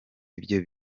ibyo